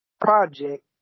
project